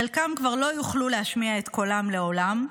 חלקם כבר לא יוכלו להשמיע את קולם לעולם,